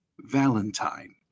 Valentine